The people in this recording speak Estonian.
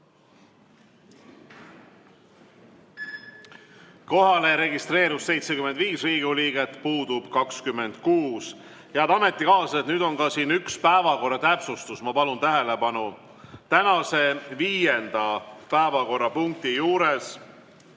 Kohale registreerus 75 Riigikogu liiget, puudub 26.Head ametikaaslased, nüüd on siin üks päevakorra täpsustus. Ma palun tähelepanu! Tänase viienda päevakorrapunkti juures